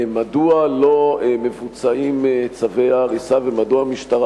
מדוע לא מבוצעים צווי ההריסה ומדוע המשטרה